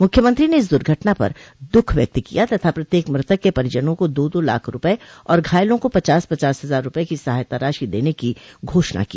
मुख्यमंत्री ने इस दुघटना पर दुःख व्यक्त किया तथा प्रत्येक मृतक के परिजनों को दो दो लाख रूपये और घायलों को पचास पचास हजार रूपये की सहायता राशि देने की घोषणा की